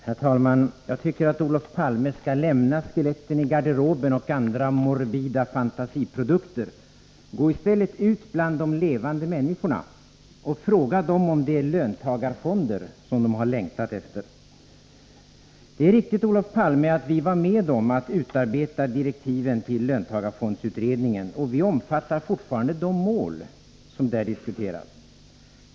Herr talman! Jag tycker att Olof Palme skall lämna skeletten i garderoben och andra morbida fantasifoster. Gå i stället ut bland de levande människorna och fråga dem om det är löntagarfonder som de har längtat efter. Det är riktigt, Olof Palme, att vi var med om att utarbeta direktiven till löntagarfondsutredningen. Vi omfattar fortfarande de mål som där diskuterades.